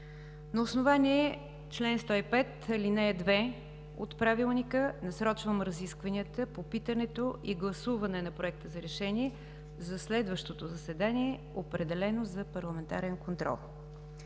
На основание чл. 105, ал. 2 от Правилника насрочвам разискванията по питането и гласуването на Проекта за решение за следващото заседание, определено за парламентарен контрол.